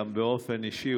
גם באופן אישי,